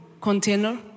container